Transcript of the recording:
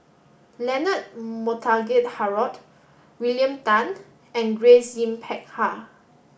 Leonard Montague Harrod William Tan and Grace Yin Peck Ha